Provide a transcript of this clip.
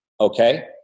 okay